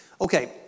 Okay